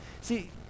See